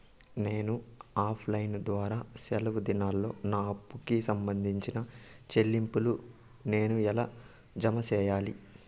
నేను offline ద్వారా సెలవు దినాల్లో నా అప్పుకి సంబంధించిన చెల్లింపులు నేను ఎలా జామ సెయ్యాలి?